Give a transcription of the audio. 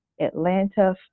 Atlanta